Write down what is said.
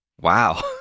wow